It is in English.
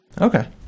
Okay